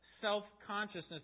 self-consciousness